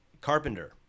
carpenter